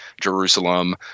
Jerusalem